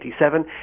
1987